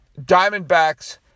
Diamondbacks